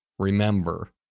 Remember